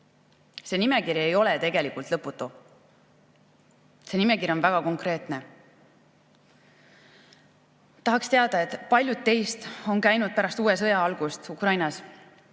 See nimekiri ei ole tegelikult lõputu, see nimekiri on väga konkreetne. Tahaksin teada, kui paljud teist on käinud pärast uue sõja algust Ukrainas,